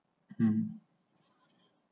hmm